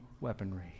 weaponry